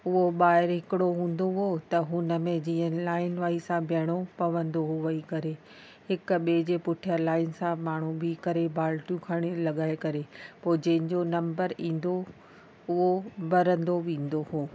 उहो ॿाहिरि हिकिड़ो हूंदो हुओ त हुन में जीअं लाइन वाइस सां बीहिणो पवंदो हुओ वेही करे हिकु ॿिए जे पुठिया लाइन सां माण्हू बिहु करे बाल्टियूं खणी लॻाए करे पोइ जंहिंजो नंबर ईंदो उहो भरंदो वेंदो हुओ